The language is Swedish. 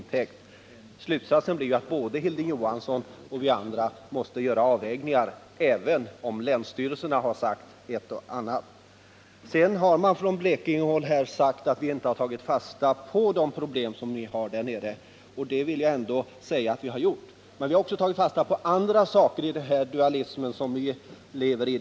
Slutsatsen blir ju att både Hilding Johansson och vi andra måste göra avvägningar, även om länsstyrelserna har sagt ett och annat. Från Blekingehåll har man sagt att vi inte har tagit fasta på de problem som finns där nere. Det har vi gjort, men vi har också tagit fasta på andra saker i den dualism som vi lever i.